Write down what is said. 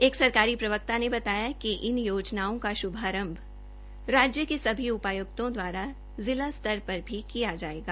एक सरकारी प्रवक्ता ने बताया कि इन योजनाओं का शुभारंभ राज्य के सभी उपायुक्तों द्वारा जिला स्तर पर भी किया जायेगा